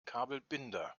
kabelbinder